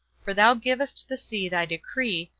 for thou givest the sea thy decree,